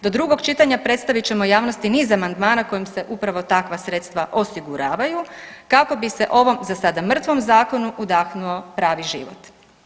Do drugog čitanja predstavit ćemo javnosti niz amandmana kojim se upravo takva sredstva osiguravaju, kako bi se ovom, za sada mrtvom zakonu, udahnuo pravi život.